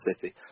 City